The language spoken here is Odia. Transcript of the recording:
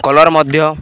କଲର୍ ମଧ୍ୟ